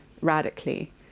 radically